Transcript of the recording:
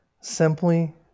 simply